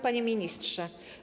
Panie Ministrze!